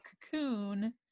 cocoon